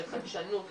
לחדשנות,